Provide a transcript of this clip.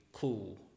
Cool